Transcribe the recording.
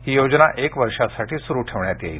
ही योजना एक वर्षासाठी सुरु ठेवण्यात येईल